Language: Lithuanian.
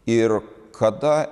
ir kada